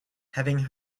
having